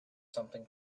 something